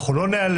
אנחנו לא ניעלם,